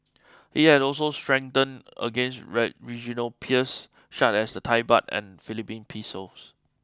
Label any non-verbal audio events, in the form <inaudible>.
it has also strengthened against <unintelligible> regional peers such as the Thai baht and Philippine pesos